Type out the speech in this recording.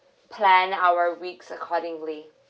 plan our weeks accordingly